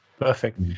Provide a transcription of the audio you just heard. Perfect